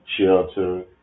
shelter